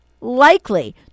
likely